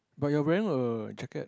but you're wearing a jacket